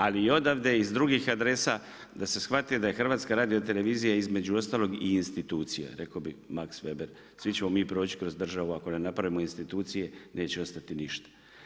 Ali i odavde i s drugih adresa da se shvati da je Hrvatska radiotelevizija između ostalog i institucija rekao bih Max Veber, svi ćemo mi proći kroz državu ako ne napravimo institucije neće ostati ništa.